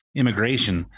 immigration